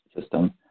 system